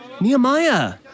Nehemiah